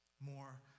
more